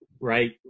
Right